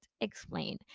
Explain